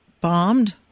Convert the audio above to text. bombed